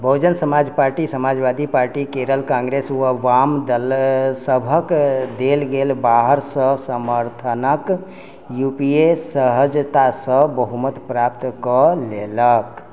बहुजन Samaj party Samajwadi party Kerala Congress व वाम दलसभक देल गेल बाहरसँ समर्थनक यू पी ए सहजतासँ बहुमत प्राप्त कऽ लेलक